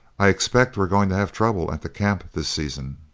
i expect we're going to have trouble at the camp this season.